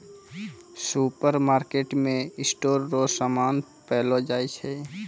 सुपरमार्केटमे स्टोर रो समान पैलो जाय छै